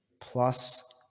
plus